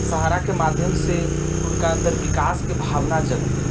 सहाराके माध्यमसँ हुनका अन्दर विकासके भावना जगतै